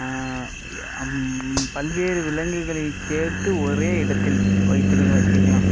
பல்வேறு விலங்குகளை சேர்த்து ஒரே இடத்தில் வைத்திருக்க வச்சிக்கலாம்